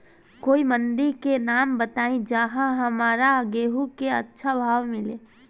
कोई मंडी के नाम बताई जहां हमरा गेहूं के अच्छा भाव मिले?